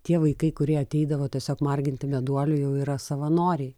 tie vaikai kurie ateidavo tiesiog marginti meduolių jau yra savanoriai